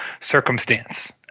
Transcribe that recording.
circumstance